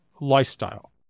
lifestyle